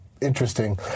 interesting